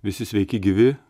visi sveiki gyvi